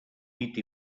dit